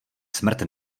smrt